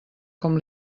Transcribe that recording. com